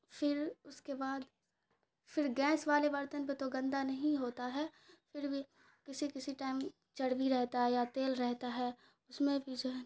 پھر اس کے بعد پھر گیس والے برتن پہ تو گندا نہیں ہوتا ہے پھر بھی کسی کسی ٹائم چربی رہتا ہے یا تیل رہتا ہے اس میں بھی جو ہے